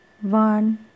One